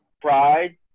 Pride